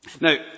Now